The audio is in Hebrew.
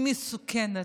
היא מסוכנת.